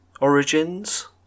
origins